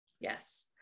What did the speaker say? yes